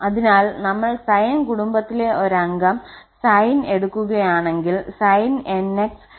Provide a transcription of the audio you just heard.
അതിനാൽ നമ്മൾ സൈൻ കുടുംബത്തിലെ ഒരംഗം sin എടുക്കുകയാണെങ്കിൽ sin 𝑛𝑥 sin 𝑛𝑥